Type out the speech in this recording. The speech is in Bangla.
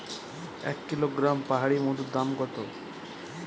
এক কিলোগ্রাম পাহাড়ী মধুর দাম কত?